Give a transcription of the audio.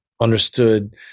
understood